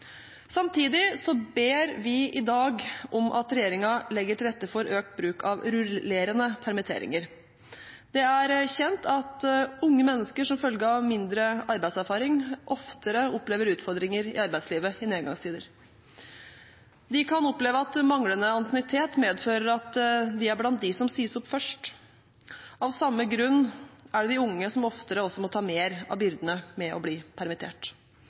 Samtidig ber vi i dag om at regjeringen legger til rette for økt bruk av rullerende permitteringer. Det er kjent at unge mennesker som følge av mindre arbeidserfaring oftere opplever utfordringer i arbeidslivet i nedgangstider. De kan oppleve at manglende ansiennitet medfører at de er blant dem som sies opp først. Av samme grunn er det de unge som oftere også må ta mer av byrdene med å bli permittert.